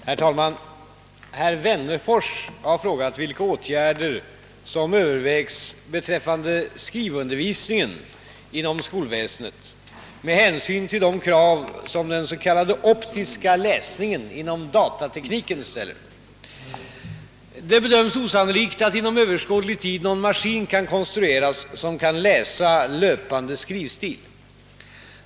Herr talman! Herr Wennerfors har frågat vilka åtgärder som övervägs beträffande skrivundervisningen inom skolväsendet med hänsyn till de krav som den s.k. optiska läsningen inom datatekniken ställer. Det bedöms osannolikt att inom överskådlig tid någon maskin kan konstrueras som kan läsa löpande skrivstil.